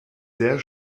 sehr